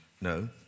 no